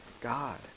God